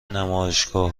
نمایشگاه